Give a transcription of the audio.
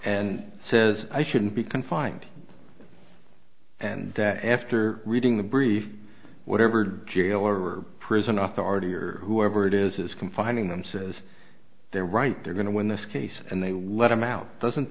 and says i shouldn't be confined and that after reading the brief whatever jailer or prison authority or whoever it is is confining them says they're right they're going to win this case and they let him out doesn't